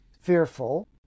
fearful